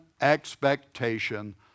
expectation